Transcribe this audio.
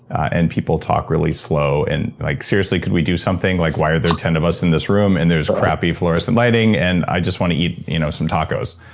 and people talk really slow and like seriously could we do something? like, why are there ten of us in this room? and there's crappy fluorescent lighting, and i just wanna eat you know some tacos.